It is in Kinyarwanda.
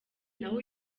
naho